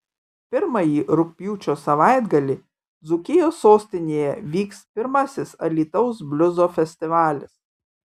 pirmąjį rugpjūčio savaitgalį dzūkijos sostinėje vyks pirmasis alytaus bliuzo festivalis